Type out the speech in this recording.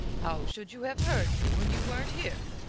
how should you have heard me when you weren't here?